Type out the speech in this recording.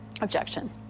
objection